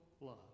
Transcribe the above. love